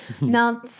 Now